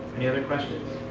any other questions?